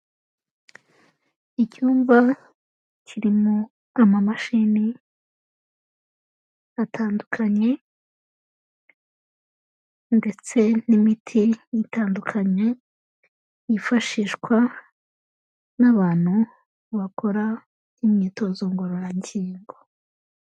Icyumba kirimo amamashini atandukanye, ndetse n'imiti itandukanye, yifashishwa n'abantu bakora imyitozo ngororangingo.